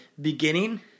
Beginning